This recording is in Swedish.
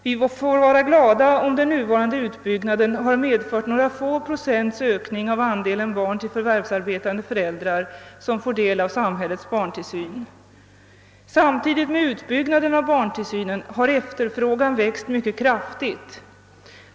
Vi får vara glada om den nu pågående utbyggnaden har medfört några få procents ökning av andelen barn till förvärvsarbetande föräldrar som får del av samhällets barntillsyn. tillsynen har efterfrågan växt mycket kraftigt.